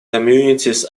communities